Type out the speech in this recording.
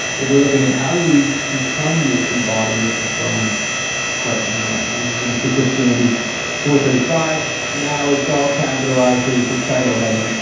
if we're looking at how do we become this embodiment of god's heart and mind. this is from true christianity four thirty-five. now it's all capitalized because it's a title heading,